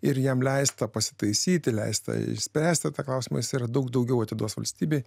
ir jam leista pasitaisyti leista išspręsti tą klausimas yra daug daugiau atiduos valstybei